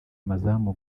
amazamu